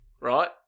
right